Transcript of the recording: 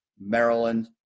maryland